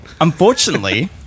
Unfortunately